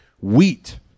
wheat